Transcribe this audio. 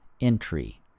entry